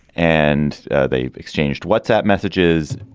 and they exchanged whatsapp messages.